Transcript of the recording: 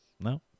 No